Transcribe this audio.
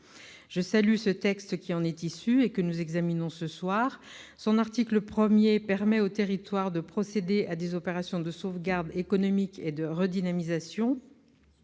Je salue ce texte qui en est issu et que nous examinons ce soir. Son article 1 permet aux territoires de procéder à des opérations de sauvegarde économique et de redynamisation.